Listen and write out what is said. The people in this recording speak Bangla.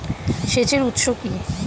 সেচের উৎস কি?